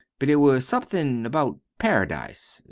but it was somethin' about paradise.